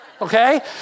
okay